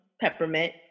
peppermint